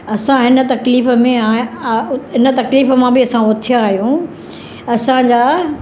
असां हिन तकलीफ़ में आहियां इन तकलीफ़ मां बि असां उथिया आहियूं असांजा